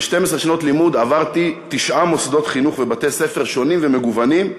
ב-12 שנות לימוד עברתי תשעה מוסדות חינוך ובתי-ספר שונים ומגוונים,